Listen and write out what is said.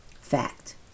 Fact